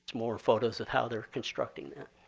more photos of how they're constructing that.